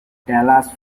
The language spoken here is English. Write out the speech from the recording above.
dallas